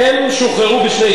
ראשית ב-1948,